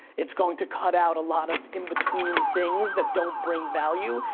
it's going to cut out a lot of in between things that don't bring value,